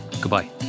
Goodbye